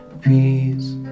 peace